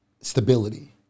stability